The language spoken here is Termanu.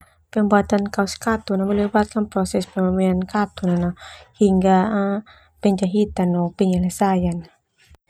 Pembuatan kaus katun ah melibatkan proses pamamean katun hingga penjahitan no penyelesaian.